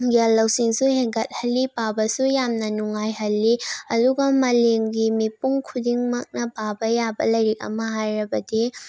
ꯒ꯭ꯌꯥꯟ ꯂꯧꯁꯤꯡꯁꯨ ꯍꯦꯟꯒꯠꯍꯜꯂꯤ ꯄꯥꯕꯁꯨ ꯌꯥꯝꯅ ꯅꯨꯡꯉꯥꯏꯍꯜꯂꯤ ꯑꯗꯨꯒ ꯃꯥꯂꯦꯝꯒꯤ ꯃꯤꯄꯨꯝ ꯈꯨꯗꯤꯡꯃꯛꯅ ꯄꯥꯕ ꯌꯥꯕ ꯂꯥꯏꯔꯤꯛ ꯑꯃ ꯍꯥꯏꯔꯕꯗꯤ